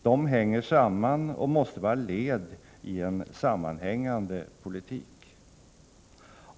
De hänger samman och måste vara led i en sammanhängande politik.